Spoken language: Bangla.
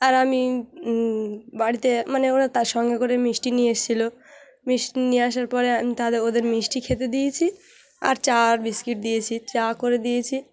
আর আমি বাড়িতে মানে ওরা তার সঙ্গে করে মিষ্টি নিয়ে এসেছিল মিষ্টি নিয়ে আসার পরে আমি তাহলে ওদের মিষ্টি খেতে দিয়েছি আর চা আর বিস্কিট দিয়েছি চা করে দিয়েছি